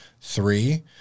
Three